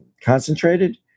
concentrated